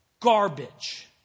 Garbage